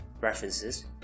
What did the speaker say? References